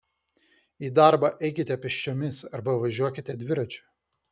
į darbą eikite pėsčiomis arba važiuokite dviračiu